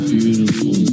Beautiful